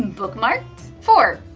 bookmarked. four